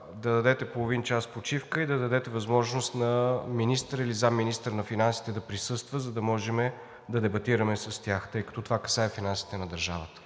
да дадете половин час почивка и да дадете възможност на министъра или заместник министър на финансите да присъства, за да можем да дебатираме с тях, тъй като това касае финансите на държавата.